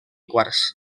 quars